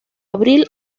abril